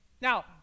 Now